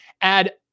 add